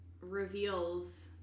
reveals